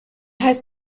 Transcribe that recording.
heißt